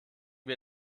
wir